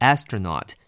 Astronaut